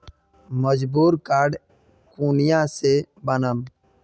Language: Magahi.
मजदूर कार्ड कुनियाँ से बनाम?